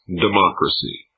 democracy